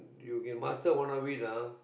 you can master one of it ah